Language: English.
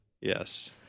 Yes